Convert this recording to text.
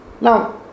Now